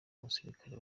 musirikare